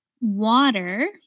water